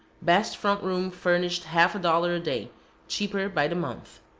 best front room, furnished, half a dollar a day cheaper by the month.